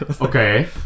okay